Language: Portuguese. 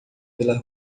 pela